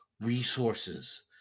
resources